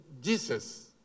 Jesus